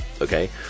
okay